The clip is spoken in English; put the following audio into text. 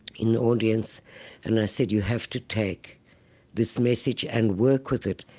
in the audience and i said you have to take this message and work with it.